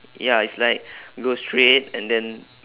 ya it's like go straight and then